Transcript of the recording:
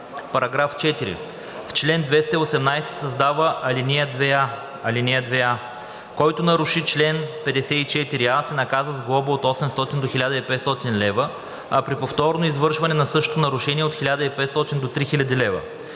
места.“ § 4. В чл. 218 се създава ал. 2а: „(2а) Който наруши чл. 54а, се наказва с глоба от 800 до 1500 лв., а при повторно извършване на същото нарушение – от 1500 до 3000 лв.